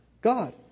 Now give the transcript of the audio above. God